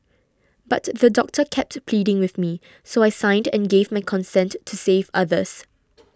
but the doctor kept pleading with me so I signed and gave my consent to save others